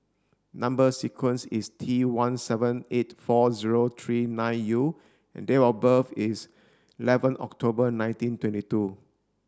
number sequence is T one seven eight four zero three nine U and date of birth is eleven October nineteen twenty two